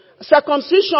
Circumcision